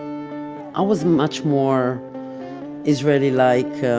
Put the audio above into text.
i was much more israeli-like,